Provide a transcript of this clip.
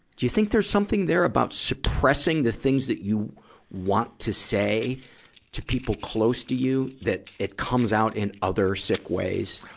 you think there's something there about suppressing the things that you want to say to people close to you that it comes out in other sick ways?